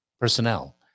personnel